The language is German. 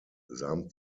samt